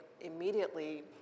immediately